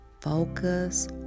Focus